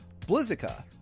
blizzica